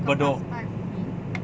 bedok